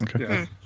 Okay